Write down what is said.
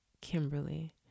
Kimberly